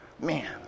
man